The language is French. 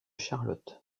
charlotte